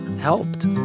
helped